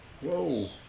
Whoa